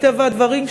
מטבע הדברים,